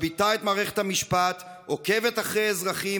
משביתה את מערכת המשפט עוקבת אחרי אזרחים,